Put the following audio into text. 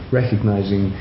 recognizing